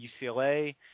UCLA